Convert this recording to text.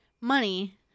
money